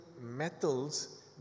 metals